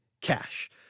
cash